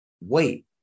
Wait